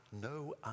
no